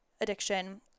addiction